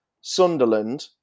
Sunderland